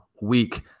week